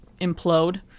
implode